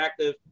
interactive